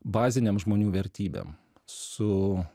bazinėm žmonių vertybėm su